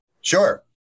Sure